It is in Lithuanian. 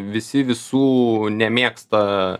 visi visų nemėgsta